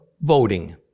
voting